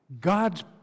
God's